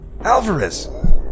Alvarez